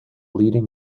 leading